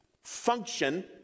Function